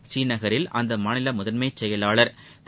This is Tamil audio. ஸ்ரீநகரில் அந்த மாநில முதன்மைச் செயலா் திரு